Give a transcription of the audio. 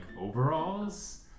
overalls